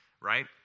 right